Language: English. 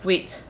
wait